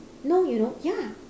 no you know ya